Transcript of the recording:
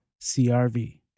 CRV